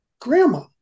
grandma